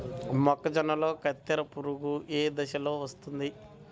మొక్కజొన్నలో కత్తెర పురుగు ఏ దశలో వస్తుంది?